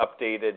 updated